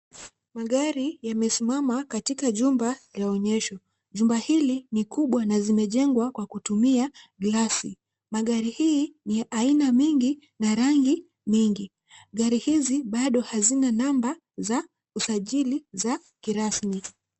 Magari yamesimama katika jumba la onyesho. Jumba hili ni kubwa na zimenjengwa kwa kutumia glasi . Magari hii ni aina mingi na rangi mingi. Gari hizi bado hazina number za usajili za kirasmi.